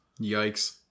Yikes